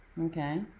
Okay